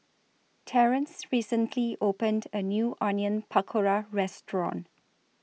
Terence recently opened A New Onion Pakora Restaurant